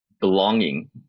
belonging